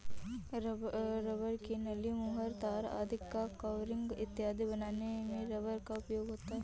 rubber की नली, मुहर, तार आदि का कवरिंग इत्यादि बनाने में रबर का उपयोग होता है